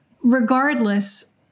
Regardless